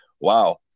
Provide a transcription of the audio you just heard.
wow